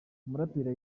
umuraperi